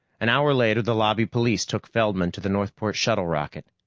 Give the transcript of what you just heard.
an hour later, the lobby police took feldman to the northport shuttle rocket.